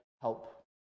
Help